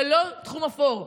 זה לא תחום אפור,